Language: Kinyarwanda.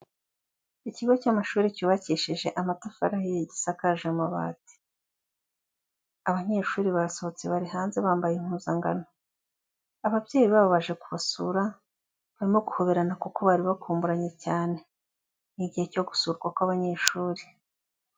Ikigo cy'amashuri cyubakishije amatafari ahiye, gisakaje amabati, abanyeshuri barasohotse bari hanze bambaye impuzankano, ababyeyi babo baje kubasura barimo guhoberana kuko bari bakumburanye cyane, ni igihe cyo gusurwa kw'abanyeshuri.